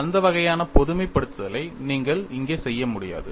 அந்த வகையான பொதுமைப் படுத்தலை நீங்கள் இங்கே செய்ய முடியாது